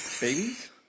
babies